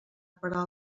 parar